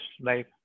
life